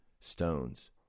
stones